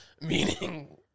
meaning